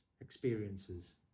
experiences